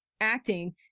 acting